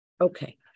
Okay